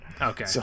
Okay